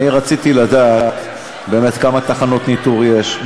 רציתי לדעת באמת כמה תחנות ניטור יש,